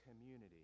community